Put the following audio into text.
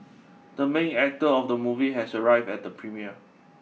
the main actor of the movie has arrived at the premiere